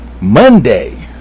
Monday